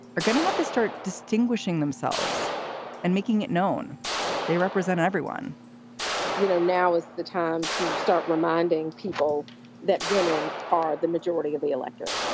are going to have to start distinguishing themselves and making it known they represent everyone you know, now is the time to start reminding people that women are the majority of the electorate.